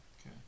okay